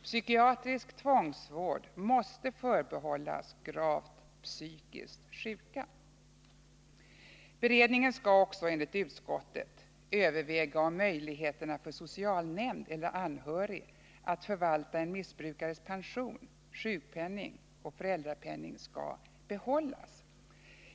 Psykiatrisk tvångsvård måste förbehållas gravt psykiskt sjuka. Beredningen skall också, enligt utskottet, överväga om möjligheterna för socialnämnd eller anhörig att förvalta en missbrukares pension, sjukpenning och föräldrapenning skall behållas.